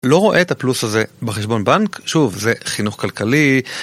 לא רואה את הפלוס הזה בחשבון בנק, שוב זה חינוך כלכלי.